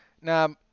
Now